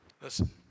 Listen